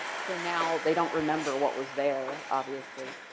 so now, they don't remember what was there obviously.